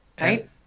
right